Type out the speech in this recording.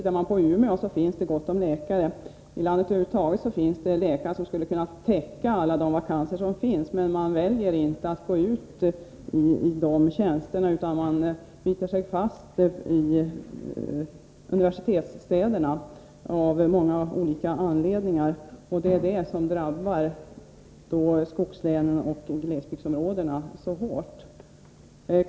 I Umeå finns gott om läkare. I landet över huvud taget finns läkare som skulle kunna täcka alla de vakanser som finns, men man väljer inte att ta de tjänsterna, utan man biter sig fast i universitetsstäderna, av många olika anledningar. Det är detta förhållande som drabbar skogslänen och glesbygdsområdena så hårt.